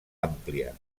àmplia